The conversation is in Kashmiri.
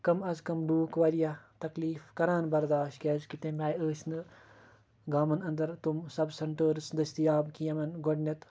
کَم آز کَم لوٗکھ واریاہ تکلیٖف کَران بَرداش کیٛازِکہِ تَمہِ آیہِ ٲسۍ نہٕ گامَن اَنٛدَر تِم سَب سٮ۪نٹٲرٕس دٔستِیاب کینٛہہ یِمَن گۄڈنٮ۪تھ